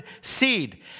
seed